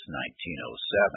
1907